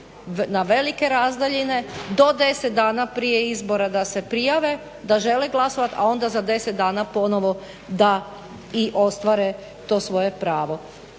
na velike razdaljine do 10 dana prije izbora da se prijave, da žele glasovati, a onda za 10 dana ponovo da i ostvare to svoje pravo.